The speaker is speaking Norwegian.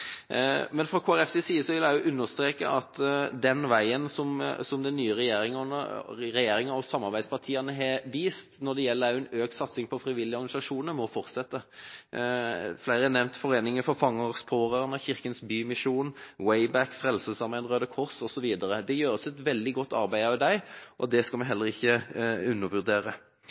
Fra Kristelig Folkepartis side vil jeg også understreke at den veien som den nye regjeringa og samarbeidspartiene har vist når det gjelder en økt satsing også på de frivillige organisasjonene, må fortsette. Flere har nevnt Foreningen for Fangers Pårørende, Kirkens Bymisjon, WayBack, Frelsesarmeen, Røde Kors osv. Det gjøres et veldig godt arbeid også av dem, og det skal vi heller ikke undervurdere.